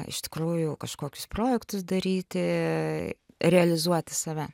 iš tikrųjų kažkokius projektus daryti realizuoti save